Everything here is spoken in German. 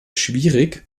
schwierig